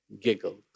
giggled